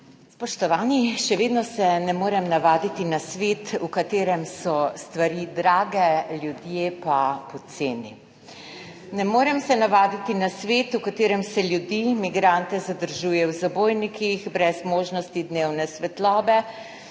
Spoštovani! Še vedno se ne morem navaditi na svet v katerem so stvari drage, ljudje pa poceni. Ne morem se navaditi na svet v katerem se ljudi in migrante zadržuje v zabojnikih brez možnosti dnevne svetlobe,